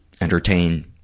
entertain